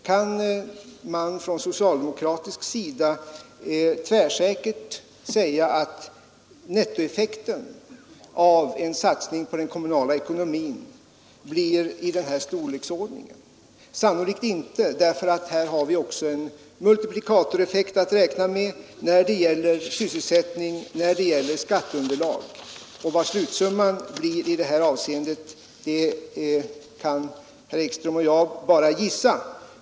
Kan man från socialdemokratisk sida tvärsäkert säga att nettoeffekten ur samhällssynpunkt av en satsning på den kommunala ekonomin blir en belastning på statsbudgeten med 220 eller 440 miljoner? Sannolikt kan man inte säga det, därför att här har vi bl.a. också multiplikatoreffekter att räkna med när det gäller sysselsättning och skatteunderlag. Vad sluteffekten blir i detta avseende kan herr Ekström och jag bara gissa.